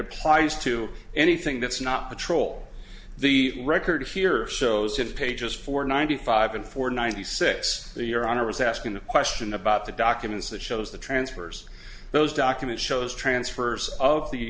applies to anything that's not patrol the record here shows in pages four ninety five and four ninety six the your honor is asking the question about the documents that shows the transfers those document shows transfers of the